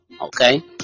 okay